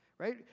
Right